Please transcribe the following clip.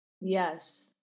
Yes